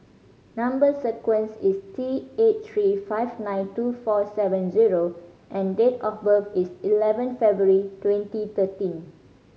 number sequence is T eight three five nine two four seven zero and date of birth is eleven February twenty thirteen